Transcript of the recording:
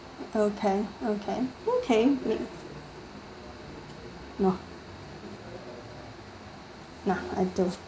okay okay okay mak~ no no I don't